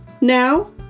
Now